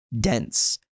dense